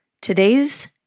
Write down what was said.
today's